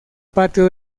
patio